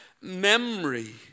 memory